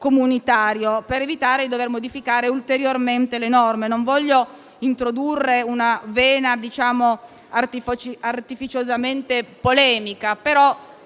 comunitario per evitare di dover modificare ulteriormente le norme. Non voglio introdurre una vena artificiosamente polemica, ma